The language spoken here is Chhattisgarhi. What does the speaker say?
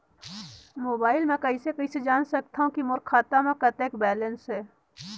मोबाइल म कइसे जान सकथव कि मोर खाता म कतेक बैलेंस से?